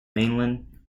mainland